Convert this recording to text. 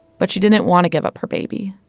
but she didn't want to give up her baby.